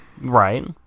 Right